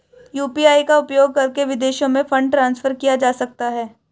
UPI का उपयोग करके विदेशों में फंड ट्रांसफर किया जा सकता है?